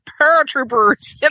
paratroopers